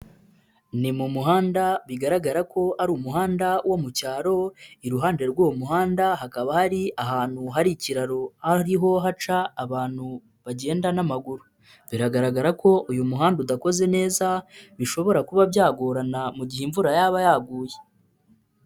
Ni mu muhanda bigaragara ko ari umuhanda wo mu cyaro, iruhande rw'uwo muhanda hakaba hari ahantu hari ikiraro ariho haca abantu bagenda n'amaguru, biragaragara ko uyu muhanda udakoze neza bishobora kuba byagorana mu gihe imvura yaba yaguye.